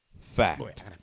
fact